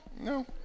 no